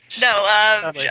No